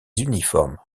uniformes